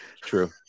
true